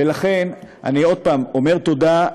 ולכן, אני עוד פעם אומר: תודה.